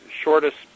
shortest